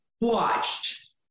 watched